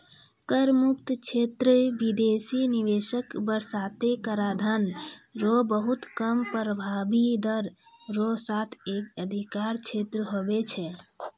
कर मुक्त क्षेत्र बिदेसी निवेशक बासतें कराधान रो बहुत कम प्रभाबी दर रो साथ एक अधिकार क्षेत्र हुवै छै